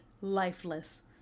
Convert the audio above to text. lifeless